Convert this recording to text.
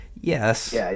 yes